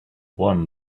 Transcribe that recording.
won